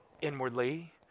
inwardly